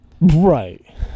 right